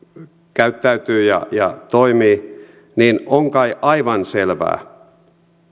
käyttäytyy ja ja toimii niin on kai aivan selvää